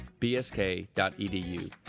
bsk.edu